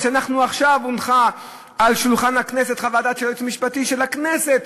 ועכשיו הונחה על שולחן הכנסת חוות דעת של היועץ המשפטי של הכנסת,